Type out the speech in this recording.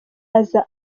aza